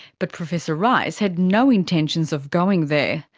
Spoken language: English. but professor ruys had no intentions of going there.